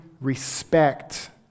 respect